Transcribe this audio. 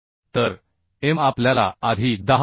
तर m आपल्याला आधी 10